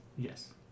Yes